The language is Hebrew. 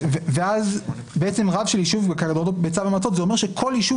ואז רב של יישוב בצו המועצות זה אומר שכל יישוב